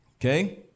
okay